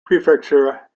prefecture